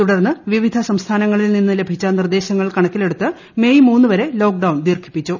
തുടർന്ന് വിവിധ സംസ്ഥാനങ്ങളിൽ നിന്ന് ലഭിച്ച നിർദ്ദേശങ്ങൾ കണക്കിലെടുത്ത് മേയ് മൂന്നുവരെ ലോക്ഡൌൺ ദീർഘിപ്പിച്ചു